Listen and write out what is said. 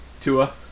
Tua